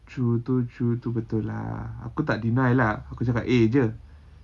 true tu true tu betul lah aku tak deny aku cakap eh jer